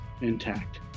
intact